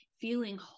feeling